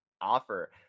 offer